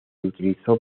utilizó